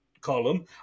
column